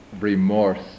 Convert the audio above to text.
remorse